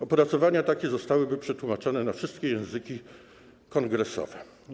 Opracowania takie zostałyby przetłumaczone na wszystkie języki kongresowe.